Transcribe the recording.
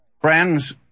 Friends